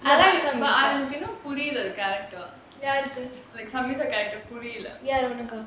அதான் சொன்னா:athaan sonna but I you know புரியல:puriyala the character like யாருக்கு:yaaruku samyuktha the character புரியல யாருக்கு உனக்கா:puriyala yaaruku unakkaa